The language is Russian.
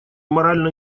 морально